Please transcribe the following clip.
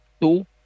two